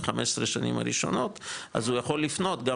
ב-15 שנים הראשונות אז הוא יכול לפנות גם